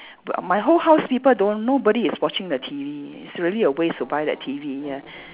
but my whole house people don't nobody is watching the T_V it's really a waste to buy that T_V ya